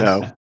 No